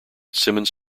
simmons